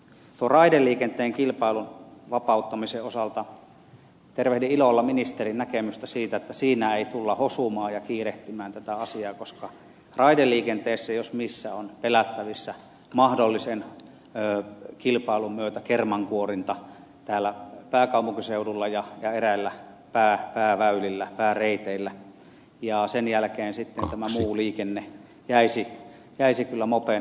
raideliikenteen kilpailun vapauttamisen osalta tervehdin ilolla ministerin näkemystä siitä että siinä ei tulla hosumaan ja kiirehtimään tätä asiaa koska raideliikenteessä jos missä on pelättävissä mahdollisen kilpailun myötä kerman kuorinta täällä pääkaupunkiseudulla ja eräillä pääväylillä pääreiteillä ja sen jälkeen sitten tämä muu liikenne jäisi kyllä mopen osille